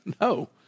No